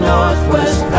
Northwest